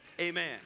amen